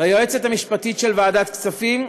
ליועצת המשפטית של ועדת הכספים,